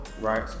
Right